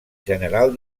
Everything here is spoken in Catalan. general